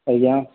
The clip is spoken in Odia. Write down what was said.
ଆଜ୍ଞା